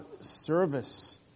service